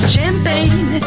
Champagne